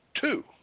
Two